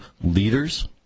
leaders